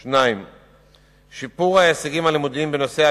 2. שיפור ההישגים הלימודיים בנושאי